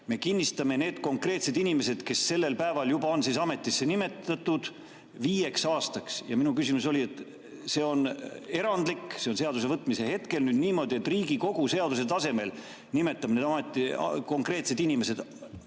Me kinnistame need konkreetsed inimesed, kes sellel päeval juba on ametisse nimetatud, viieks aastaks. Minu küsimus oli selle kohta, et see on erandlik, see on seaduse [vastu]võtmise hetkel nüüd niimoodi, et Riigikogu seaduse tasemel nimetab need konkreetsed inimesed